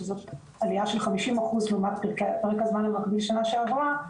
שזו עלייה של חמישים אחוז לעומת פרק הזמן המקביל לשנה שעברה,